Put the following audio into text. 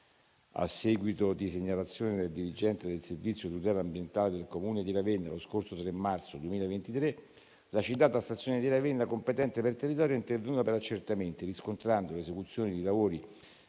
A seguito di segnalazione del dirigente del Servizio tutela ambientale del comune di Ravenna, lo scorso 3 marzo 2023, la citata stazione di Ravenna competente per territorio è intervenuta per accertamenti, riscontrando l'esecuzione di lavori